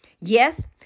Yes